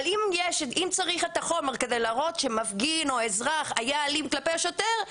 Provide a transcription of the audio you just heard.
אבל אם צריך את החומר כדי להראות שמפגין או אזרח היה אלים כלפי השוטר,